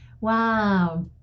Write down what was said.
wow